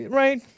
right